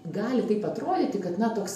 gali taip atrodyti kad na toks